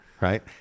Right